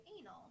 anal